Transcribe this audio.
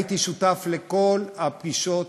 הייתי שותף לכל הפגישות,